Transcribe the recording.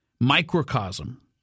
microcosm